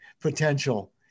potential